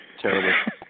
Terrible